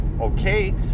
okay